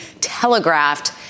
telegraphed